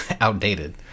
outdated